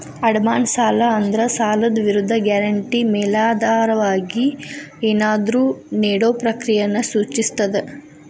ಅಡಮಾನ ಸಾಲ ಅಂದ್ರ ಸಾಲದ್ ವಿರುದ್ಧ ಗ್ಯಾರಂಟಿ ಮೇಲಾಧಾರವಾಗಿ ಏನಾದ್ರೂ ನೇಡೊ ಪ್ರಕ್ರಿಯೆಯನ್ನ ಸೂಚಿಸ್ತದ